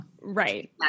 Right